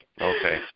Okay